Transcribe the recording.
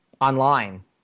online